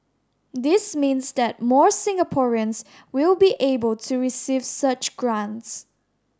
this means that more Singaporeans will be able to receive such grants